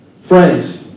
Friends